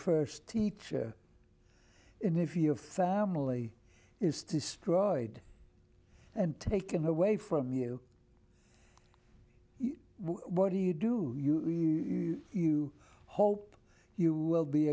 first teacher in if your family is destroyed and taken away from you what do you do you hope you will be